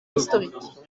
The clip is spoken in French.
historiques